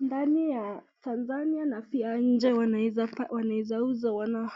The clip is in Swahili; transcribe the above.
ndani ya tanzania na pia nje wanaeza uza.